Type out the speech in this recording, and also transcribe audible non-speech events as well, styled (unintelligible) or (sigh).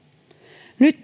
nyt (unintelligible)